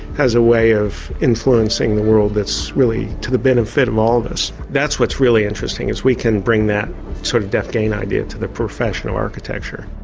has a way of influencing the world that's really to the benefit of all of us. that's what's really interesting, is we can being that sort of deaf gain idea to the profession of architecture.